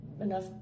enough